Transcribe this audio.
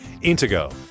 INTEGO